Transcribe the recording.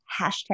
hashtag